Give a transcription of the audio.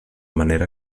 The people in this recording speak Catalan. manera